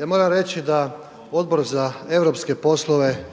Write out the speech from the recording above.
Ja moram reći da Odbor za europske poslove je